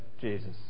Jesus